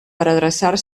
adreçar